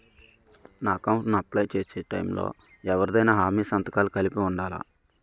నా అకౌంట్ ను అప్లై చేసి టైం లో ఎవరిదైనా హామీ సంతకాలు కలిపి ఉండలా?